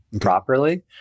properly